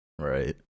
Right